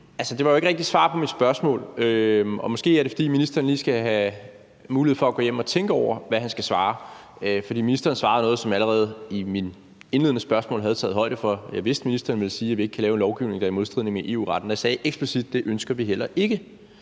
det var jo ikke rigtig svar på mit spørgsmål, og måske er det, fordi ministeren lige skal have mulighed for at gå hjem og tænke over, hvad han skal svare. For ministeren svarede noget, som jeg allerede i mit indledende spørgsmål havde taget højde for. Jeg vidste, ministeren ville sige, at vi ikke kan lave en lovgivning, der er i modstrid med EU-retten, og jeg sagde explicit, at det ønsker vi heller ikke.